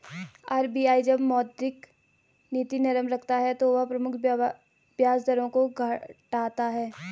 RBI जब मौद्रिक नीति नरम रखता है तो वह प्रमुख ब्याज दरों को घटाता है